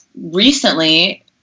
recently